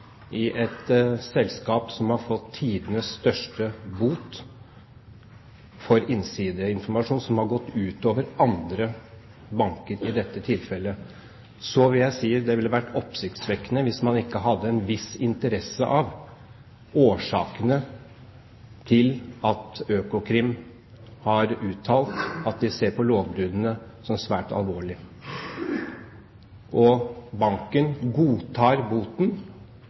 i et selskap som har fått tidenes største bot for innsideinformasjon, som i dette tilfellet har gått ut over andre banker, vil jeg si det ville ha vært oppsiktsvekkende hvis man ikke hadde hatt en viss interesse av årsakene til at Økokrim har uttalt at de ser på lovbruddene som svært alvorlige. Og banken godtar boten,